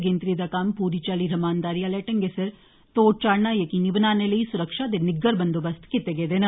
गिनतरी दा कम्म पूरी चाल्ली रमानदारी आले ढंगै सिर तोड़ चाढ़ना जकीनी बनाने लेई सुरक्षा दे निग्गर प्रबंध कीते गेदे न